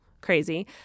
crazy